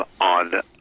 on